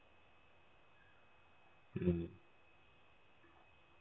mm